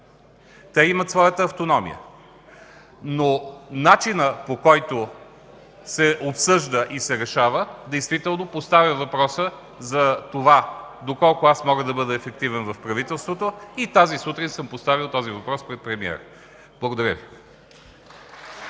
ИВАЙЛО КАЛФИН: Но начинът, по който се обсъжда и се решава, действително поставя въпроса доколко аз мога да бъда ефективен в правителството и тази сутрин съм поставил този въпрос пред премиера. Благодаря Ви.